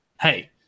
Hey